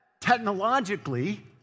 technologically